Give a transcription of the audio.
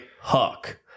Huck